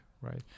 right